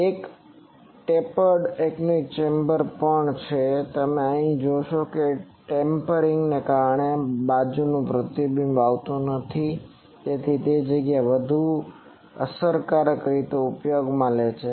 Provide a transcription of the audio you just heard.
એક tapered anechoic chamber પણ છે તેથી તમે અહીં જોશો કે આ ટેપરિંગને કારણે બાજુનું પ્રતિબિંબ આવતું નથી તેથી તે જગ્યાને વધુ અસરકારક રીતે ઉપયોગમાં લે છે